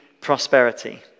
prosperity